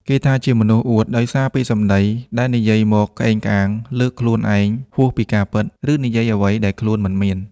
គេថាជាមនុស្សអួតដោយសារពាក្យសម្ដីដែលនិយាយមកក្អេងក្អាង លើកខ្លួនឯងហួសពីការពិត ឬនិយាយអ្វីដែលខ្លួនមិនមាន។